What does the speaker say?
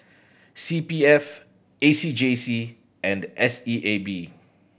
C P F A C J C and S E A B